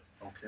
Okay